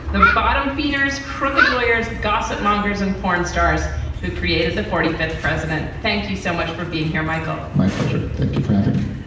the bottom feeders, crooked lawyers, gossip mongers and porn stars who created the forty fifth president. thank you so much for being here, michael. my pleasure. thank you for having me.